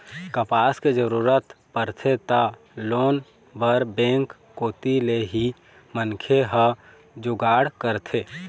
पइसा के जरूरत परथे त लोन बर बेंक कोती ले ही मनखे ह जुगाड़ करथे